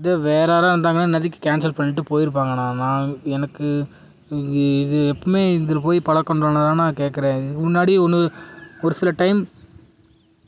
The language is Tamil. இதே வேறு ஆளாக இருந்தாங்கன்னா இன்நேரத்துக்கு கேன்சல் பண்ணிகிட்டு போயிருப்பாங்கண்ணா நான் எனக்கு இது இது எப்போவுமே இதில் போய் பழக்கின்றதுனாலதாண்ணா கேட்குறேன் முன்னாடி ஒன்று ஒரு சில டைம்